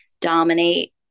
dominate